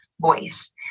voice